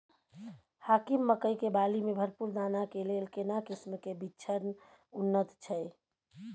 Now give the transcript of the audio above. हाकीम मकई के बाली में भरपूर दाना के लेल केना किस्म के बिछन उन्नत छैय?